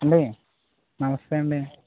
అండి నమస్తే అండి